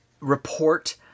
report